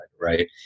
right